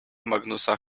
magnusa